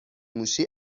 موشی